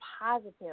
positive